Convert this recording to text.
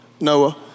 Noah